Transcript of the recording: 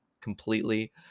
completely